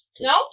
No